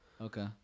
Okay